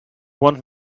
want